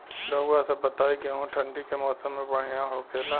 रउआ सभ बताई गेहूँ ठंडी के मौसम में बढ़ियां होखेला?